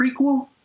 prequel